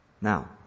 Now